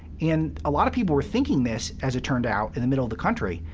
and a lot of people were thinking this, as it turned out, in the middle of the country.